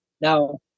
Now